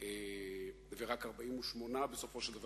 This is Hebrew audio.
ופרץ במלים "בילאדי,